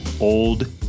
old